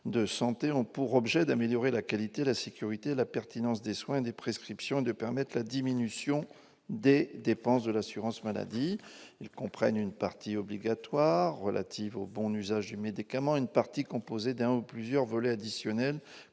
de santé ont pour objet d'améliorer la qualité, la sécurité et la pertinence des soins des prescriptions de permettent la diminution des dépenses de l'assurance maladie, ils comprennent une partie obligatoire relatives au bon usage du médicament une partie composée d'un ou plusieurs volets additionnel,